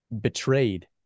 betrayed